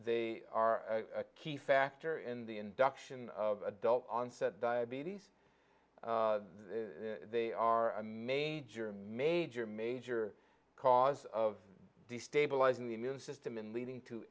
they are a key factor in the induction of adult onset diabetes they are a major major major cause of destabilising the immune system and leading to